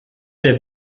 der